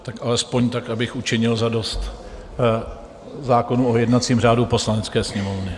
Tak alespoň tak, abych učinil zadost zákonu o jednacím řádu Poslanecké sněmovny.